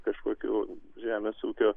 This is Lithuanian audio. kažkokių žemės ūkio